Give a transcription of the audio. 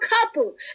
couples